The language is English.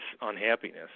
unhappiness